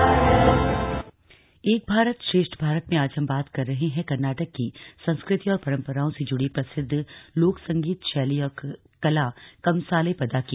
एक भारत श्रेष्ठ भारत एक भारत श्रेष्ठ भारत में आज हम बात कर रहे है कर्नाटक की संस्कृति और परंपराओं से जुड़ी प्रसिद्व लोक संगीत शैली और कला कमसाले पदा की